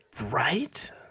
Right